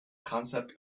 concept